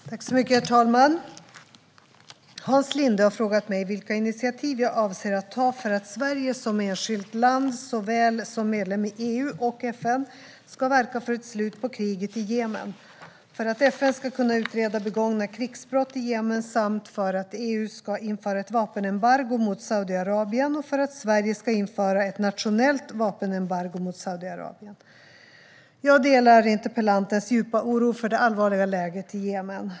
Svar på interpellationer Herr talman! Hans Linde har frågat mig vilka initiativ jag avser att ta för att Sverige, som enskilt land såväl som medlem i EU och FN, ska verka för ett slut på kriget i Jemen, för att FN ska kunna utreda begångna krigsbrott i Jemen samt för att EU ska införa ett vapenembargo mot Saudiarabien och för att Sverige ska införa ett nationellt vapenembargo mot Saudiarabien. Jag delar interpellantens djupa oro för det allvarliga läget i Jemen.